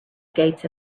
gates